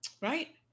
Right